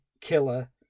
killer